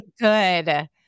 good